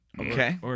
Okay